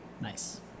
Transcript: Nice